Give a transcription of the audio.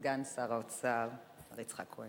סגן שר האוצר יצחק כהן.